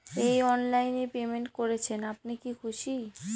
এই অনলাইন এ পেমেন্ট করছেন আপনি কি খুশি?